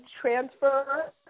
transfer